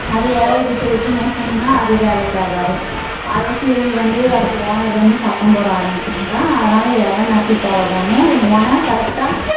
அது இலைய விட்டு விட்டு நெசம்ண்ணா அது வேலைக்கு ஆகாது அது சேலைய வந்து அப்பறம் ஓனர் வந்து சத்தம் போட ஆரம்பிப்பாங்க அதனால இலை நப்பி பழகணும் அது முனை கரெட்டாக